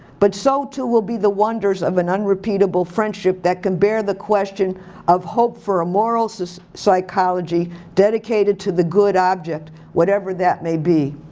but so too will be the wonders of an unrepeatable friendship that can bare the question of hope for a moral so psychology, dedicated to the good object, whatever that may be.